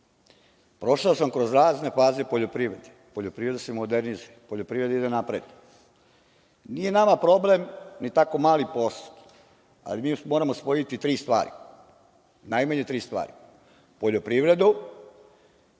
prošao sam kroz razne faze poljoprivrede. Poljoprivreda se modernizuje, poljoprivreda ide napred. Nije nama problem ni tako mali posao, ali mi moramo spojiti tri stvari, najmanje tri stvari – poljoprivredu,